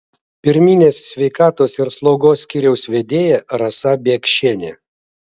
pirminės sveikatos ir slaugos skyriaus vedėja rasa biekšienė